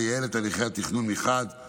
המייעל את תהליכי התכנון מחד גיסא,